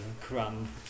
crumb